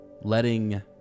letting